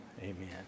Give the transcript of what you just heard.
Amen